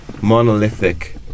monolithic